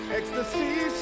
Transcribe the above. Ecstasy